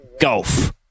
golf